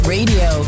Radio